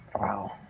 Wow